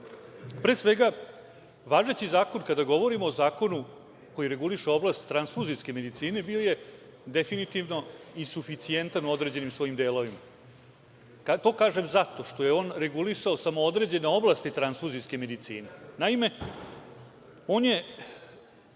Pre svega, važeći zakon, kada govorimo o zakonu koji reguliše oblast transfuzijske medicine, bio je definitivno insuficijentan u određenim svojim delovima. To kažem zato što je on regulisao samo određene oblasti transfuzijske medicine. Naime, on je